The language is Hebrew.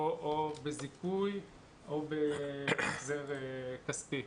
או בזיכוי או בהחזר כספי.